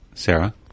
Sarah